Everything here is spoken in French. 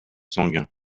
sanguin